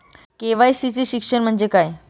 KYC चे शिक्षण म्हणजे काय?